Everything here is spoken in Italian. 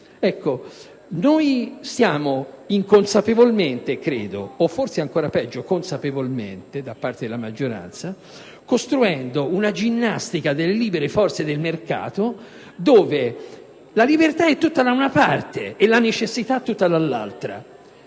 che noi stiamo inconsapevolmente - o forse, ancora peggio, consapevolmente, da parte della maggioranza - costruendo una ginnastica delle libere forze del mercato in cui la libertà è tutta da una parte e la necessità tutta dall'altra,